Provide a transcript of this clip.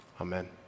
Amen